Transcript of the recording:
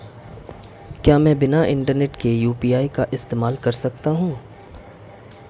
क्या मैं बिना इंटरनेट के यू.पी.आई का इस्तेमाल कर सकता हूं?